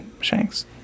Shanks